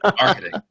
marketing